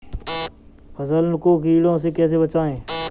फसल को कीड़ों से कैसे बचाएँ?